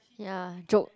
ya joke